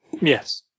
Yes